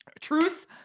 Truth